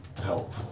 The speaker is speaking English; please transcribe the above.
help